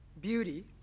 beauty